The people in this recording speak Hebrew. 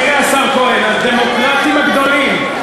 תראה, השר כהן, הדמוקרטים הגדולים.